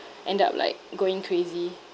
end up like going crazy